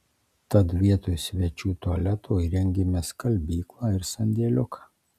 tad vietoj svečių tualeto įrengėme skalbyklą ir sandėliuką